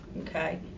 okay